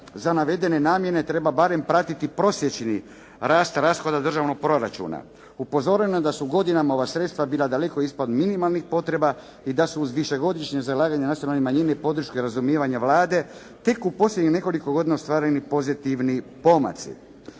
za navedene namjene treba barem pratiti prosječni rast rashoda državnog proračuna. Upozoreno je da su godinama ova sredstva bila daleko ispod minimalnih potreba i da su uz višegodišnje zalaganje nacionalne manjine podrške razumijevanja Vlade tek u posljednjih nekoliko godina ostvareni pozitivni pomaci.